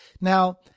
Now